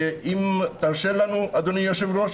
ואם תרשה לנו, אדוני היושב-ראש,